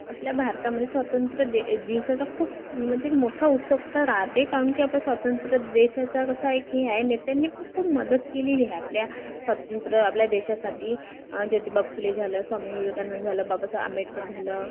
आपल्या भारतामध्ये स्वातंत्र्य दे दिवसाचा खूप म्हणजे मोठा उत्सुकता राहते कारण की आपल्या स्वातंत्र्य देशाचा कसा एक हे आहे नेत्यांनी पण खूप मदत केलेली हा आपल्या स्वातंत्र्य आपल्या देशासाठी ज्योतिबा फुले झालं स्वामी विवेकानंद झालं बाबासा आंबेडकर झालं